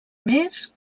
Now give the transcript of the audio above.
més